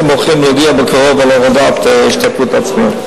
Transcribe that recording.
הולכים להודיע בקרוב על הורדת ההשתתפות העצמית.